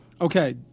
Okay